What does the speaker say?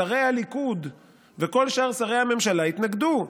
שרי הליכוד וכל שאר שרי הממשלה התנגדו.